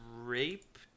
rape